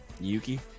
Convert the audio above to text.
Yuki